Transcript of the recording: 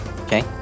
Okay